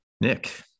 Nick